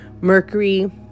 Mercury